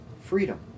freedom